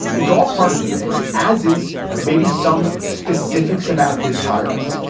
it's all part of the mix, as is maybe some specifics about this virus.